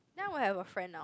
now I have a friend now